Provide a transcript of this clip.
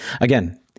Again